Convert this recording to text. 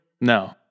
No